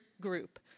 group